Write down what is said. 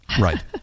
Right